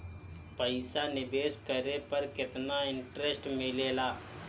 पईसा निवेश करे पर केतना इंटरेस्ट मिलेला?